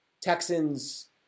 Texans